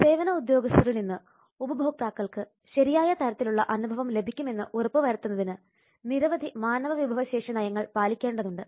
സേവന ഉദ്യോഗസ്ഥരിൽ നിന്ന് ഉപഭോക്താക്കൾക്ക് ശരിയായ തരത്തിൽ ഉള്ള അനുഭവം ലഭിക്കുന്നുണ്ടെന്ന് ഉറപ്പുവരുത്തുന്നതിന് നിരവധി മാനവവിഭവശേഷി നയങ്ങൾ പാലിക്കേണ്ടതുണ്ട്